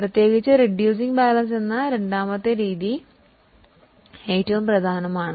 പ്രത്യേകിച്ച് ബാലൻസ് കുറയ്ക്കുന്ന രണ്ടാമത്തെ രീതി ഏറ്റവും പ്രധാനമാണ്